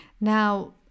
Now